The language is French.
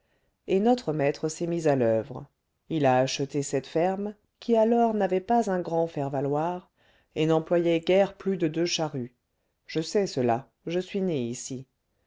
et notre maître s'est mis à l'oeuvre il a acheté cette ferme qui alors n'avait pas un grand faire valoir et n'employait guère plus de deux charrues je sais cela je suis né ici